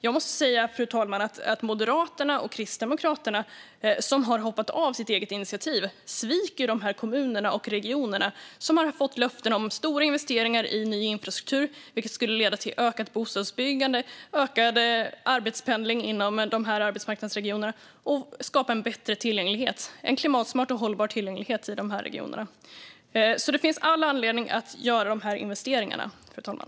Jag måste säga, fru talman, att Moderaterna och Kristdemokraterna, som har hoppat av sitt eget initiativ, sviker de här kommunerna och regionerna som har fått löften om stora investeringar i ny infrastruktur, vilket skulle leda till ökat bostadsbyggande och ökad arbetspendling inom de här arbetsmarknadsregionerna och skapa en klimatsmart och hållbar tillgänglighet i de här regionerna. Det finns alltså all anledning att göra de här investeringarna, fru talman.